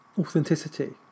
authenticity